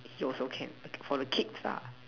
also can for the kids lah